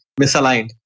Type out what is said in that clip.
misaligned